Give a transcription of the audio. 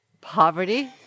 Poverty